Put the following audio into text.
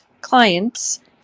clients